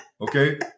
Okay